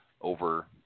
over